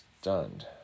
stunned